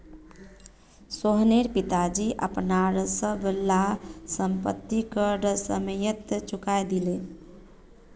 सोहनेर पिताजी अपनार सब ला संपति कर समयेत चुकई दिले